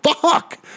fuck